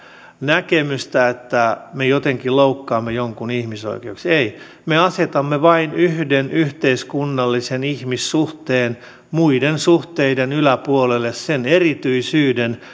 näkemystä että me jotenkin loukkaamme jonkun ihmisoikeuksia ei me asetamme vain yhden yhteiskunnallisen ihmissuhteen muiden suhteiden yläpuolelle sen erityisyyden